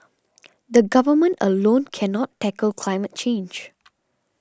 the Government alone cannot tackle climate change